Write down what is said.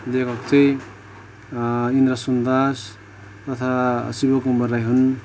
लेखक चाहिँ इन्द्र सुन्दास तथा शिवकुमार राई हुन्